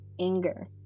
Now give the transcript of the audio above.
anger